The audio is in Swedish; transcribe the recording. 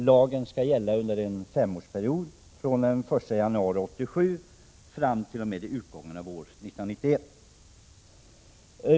Lagen föreslås gälla under en femårsperiod från den 1 januari 1987 till utgången av år 1991.